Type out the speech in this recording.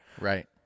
right